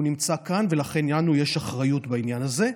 הוא נמצא כאן, ולכן לנו יש אחריות בעניין הזה.